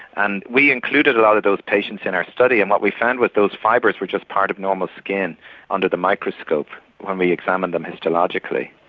and we included a lot of those patients in our study and what we found those fibres were just part of normal skin under the microscope when we examined them histologically.